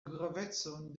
gravecon